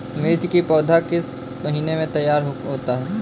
मिर्च की पौधा किस महीने में तैयार होता है?